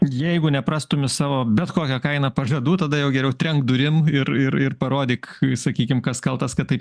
jeigu neprastumi savo bet kokia kaina pažadų tada jau geriau trenk durim ir ir ir parodyk sakykim kas kaltas kad taip j